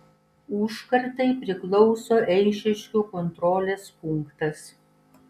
užkardai priklauso eišiškių kontrolės punktas